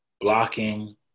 blocking